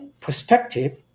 perspective